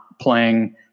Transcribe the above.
playing –